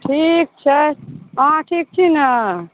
ठीक छै अहाँ ठीक छी ने